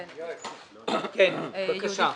כללית.